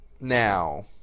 now